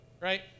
right